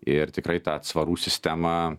ir tikrai ta atsvarų sistema